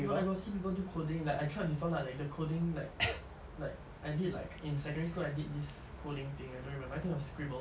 no I got see people do coding like I tried before lah like the coding like like I did like in secondary school I did this coding thing I don't remember I think it was scribble